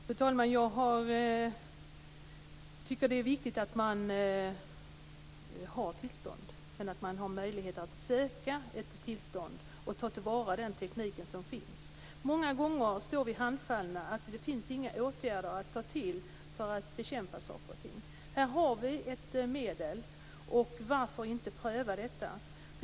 Fru talman! Jag tycker att det är viktigt att man har tillstånd - att man har möjlighet att söka ett tillstånd och att ta till vara den teknik som finns. Många gånger står vi handfallna; det finns inga åtgärder att ta till för att bekämpa saker och ting. Här har vi ett medel. Varför inte pröva detta?